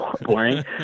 boring